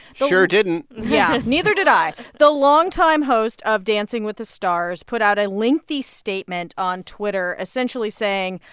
sure didn't yeah, neither did i. the longtime host of dancing with the stars put out a lengthy statement on twitter essentially saying,